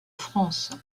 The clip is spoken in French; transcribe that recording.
france